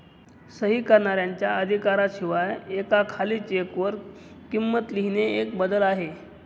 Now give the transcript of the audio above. सही करणाऱ्याच्या अधिकारा शिवाय एका खाली चेक वर किंमत लिहिणे एक बदल आहे